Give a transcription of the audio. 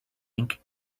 ink